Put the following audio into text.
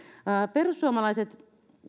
perussuomalaiset